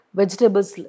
vegetables